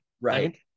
Right